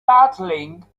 battling